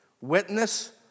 Witness